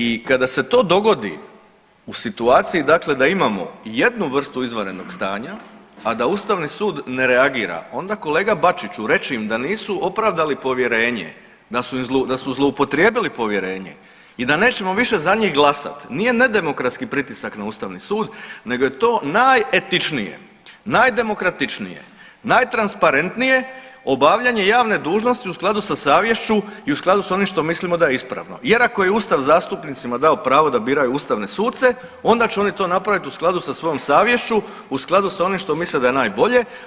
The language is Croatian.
I kada se to dogodi u situaciji da imamo jednu vrstu izvanrednog stanja, a da ustavni sud ne reagira onda kolega Bačiću reći im da nisu opravdali povjerenje, da su zloupotrijebili povjerenje i da nećemo više za njih glasat, nije nedemokratski pritisak na ustavni sud nego je to najetičnije, najdemokratičnije, najtransparentnije obavljanje javne dužnosti u skladu sa savješću i u skladu s onim što mislimo da je ispravno jer ako je ustav zastupnicima dao pravo da biraju ustavne suce onda će to oni napravit u skladu sa svojom savješću, u skladu sa onim što misle da je najbolje.